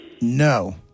No